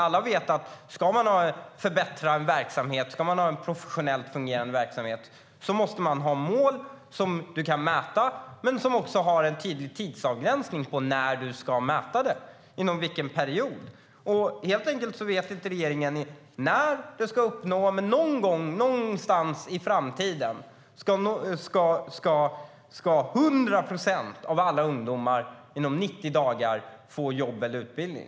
Alla vet att om man ska förbättra en verksamhet, ha en professionellt fungerande verksamhet, måste man ha mål som man kan mäta och som också har en tidsavgränsning för när man ska mäta det, inom vilken tid. Regeringen vet helt enkelt inte när målet ska vara uppnått. Men någonstans i framtiden ska 100 procent av alla ungdomar inom 90 dagar få jobb eller utbildning.